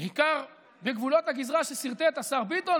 בעיקר בגבולות הגזרה שסרטט השר ביטון,